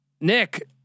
Nick